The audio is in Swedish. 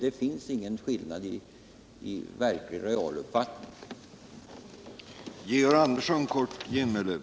Det finns ingen skillnad i realuppfattning.